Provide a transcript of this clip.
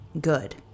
good